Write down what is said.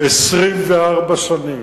24 שנים,